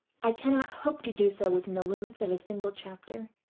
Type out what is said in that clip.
i cannot hope to do so within the limits of a single chapter.